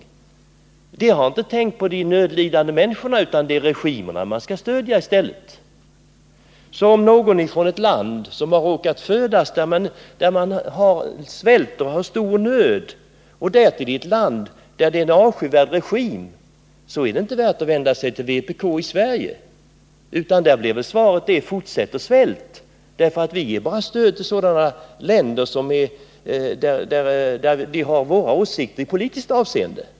Vpk har inte tänkt på de nödlidande människorna, utan det är regimerna man skall stödja. Så om någon råkat födas i ett land där det råder svält och nöd och därtill i ett land med en avskyvärd regim så är det inte värt att vända sig till vpk i Sverige, för därifrån blir svaret: Fortsätt att svälta — vi ger stöd bara till sådana länder som har samma åsikter som vi i politiskt avseende.